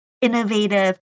innovative